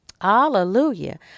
Hallelujah